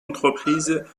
entreprises